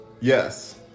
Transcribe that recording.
Yes